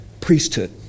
priesthood